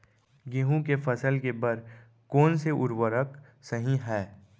गेहूँ के फसल के बर कोन से उर्वरक सही है?